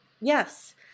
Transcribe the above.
Yes